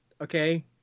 Okay